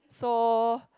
so